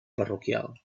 parroquial